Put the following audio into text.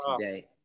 today